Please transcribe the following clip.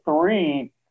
three